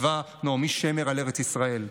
כתבה נעמי שמר על ארץ ישראל.